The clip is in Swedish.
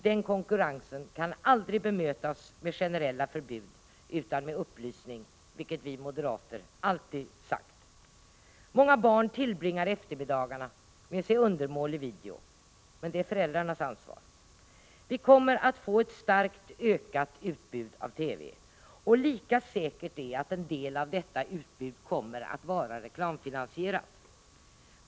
Den konkurrensen kan aldrig bemötas med generella förbud, utan med upplysning, vilket vi moderater alltid sagt. Många barn tillbringar eftermiddagarna med att se undermålig video, men det är föräldrarnas ansvar. Vi kommer att få ett starkt ökat utbud av TV, och lika säkert är att en del av detta utbud kommer att vara reklamfinansierat.